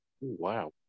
Wow